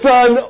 Son